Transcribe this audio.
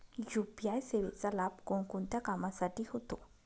UPI सेवेचा लाभ कोणकोणत्या कामासाठी होतो?